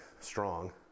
strong